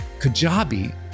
Kajabi